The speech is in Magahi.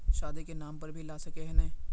शादी के नाम पर भी ला सके है नय?